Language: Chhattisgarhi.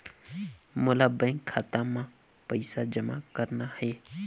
मोला बैंक खाता मां पइसा जमा करना हे?